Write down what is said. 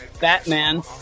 Batman